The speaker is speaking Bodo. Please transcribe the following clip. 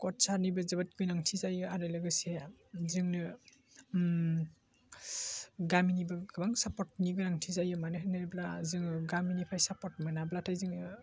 खदसारनिबो जोबोद गोनांथि जायो आरो लोगोसे जोंनो गामिनिबो गोबां सापदनि गोनांथि जायो मानो होनोब्ला जोङो गामिनिफ्राय सापर्त मोनाब्लाथाय जोङो